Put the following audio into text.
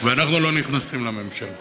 ואנחנו לא נכנסים לממשלה.